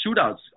shootouts